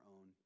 own